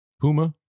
Puma